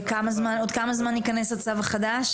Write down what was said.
ועוד כמה זמן ייכנס הצו החדש?